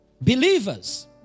Believers